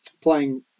playing